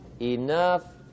enough